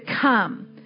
come